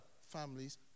families